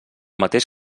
mateix